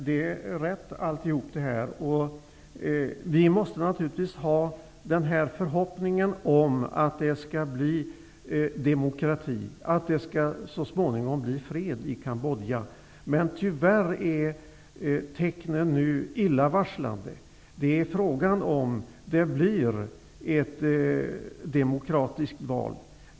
Herr talman! Det är riktigt som sägs. Vi måste ha en förhoppning om att det skall bli demokrati och så småningom fred i Cambodja. Tyvärr är tecknen nu illavarslande. Det är frågan om det blir ett demokratiskt val.